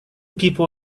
people